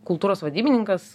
kultūros vadybininkas